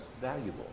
valuable